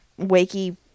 wakey